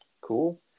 Cool